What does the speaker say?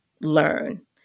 learn